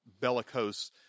bellicose